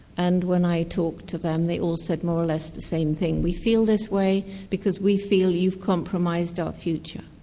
and when i talked to them they all said more or less the same thing we feel this way because we feel you've compromised our future.